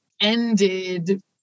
ended